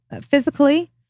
physically